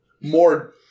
more